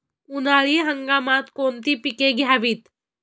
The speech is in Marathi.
उन्हाळी हंगामात कोणती पिके घ्यावीत?